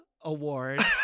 award